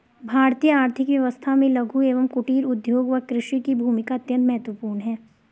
भारतीय आर्थिक व्यवस्था में लघु एवं कुटीर उद्योग व कृषि की भूमिका अत्यंत महत्वपूर्ण है